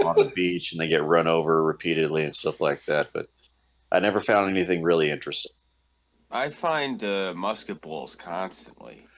um the beach and they get run over repeatedly and stuff like that, but i never found anything really interesting i find musket balls constantly